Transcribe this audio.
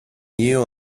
new